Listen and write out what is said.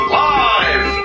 live